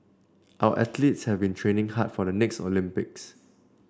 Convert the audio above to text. our athletes have been training hard for the next Olympics